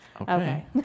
Okay